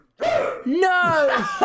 No